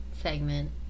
segment